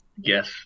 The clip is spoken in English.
Yes